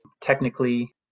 Technically